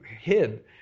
hid